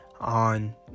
on